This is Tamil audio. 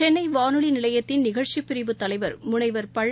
சென்னைவானொலிநிலையத்தின் நிகழ்ச்சிப்பிரிவுத் தலைவர் முனைவர் பழ